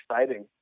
exciting